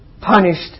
punished